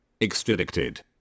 Extradicted